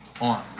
On